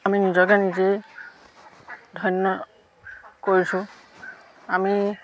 আমি নিজকে নিজেই ধন্য কৰিছোঁ আমি